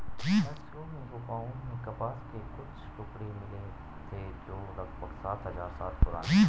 Mexico की गुफाओं में कपास के कुछ टुकड़े मिले थे जो लगभग सात हजार साल पुराने थे